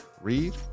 read